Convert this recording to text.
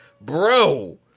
bro